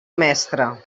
mestre